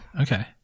okay